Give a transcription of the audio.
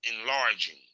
enlarging